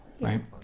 right